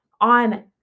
on